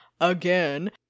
again